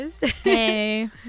Hey